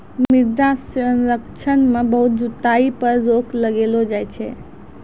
मृदा संरक्षण मे बहुत जुताई पर रोक लगैलो जाय छै